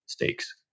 mistakes